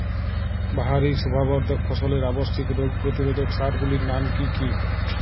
বাহারী শোভাবর্ধক ফসলের আবশ্যিক রোগ প্রতিরোধক সার গুলির নাম কি কি?